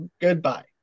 Goodbye